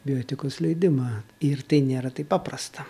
bioetikos leidimą ir tai nėra taip paprasta